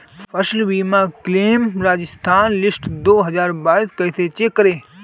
फसल बीमा claim Rajasthan list दो हज़ार बाईस कैसे चेक करें?